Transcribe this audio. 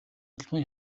албан